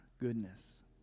goodness